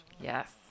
Yes